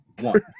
One